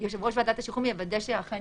וכאן נוסיף שיושב-ראש ועדת השחרורים יוודא שאכן